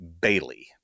bailey